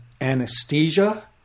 anesthesia